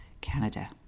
Canada